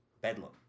Bedlam